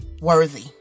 worthy